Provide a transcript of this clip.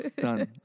Done